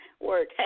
work